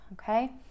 okay